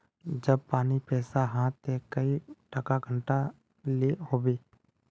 जब पानी पैसा हाँ ते कई टका घंटा लो होबे?